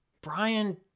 Brian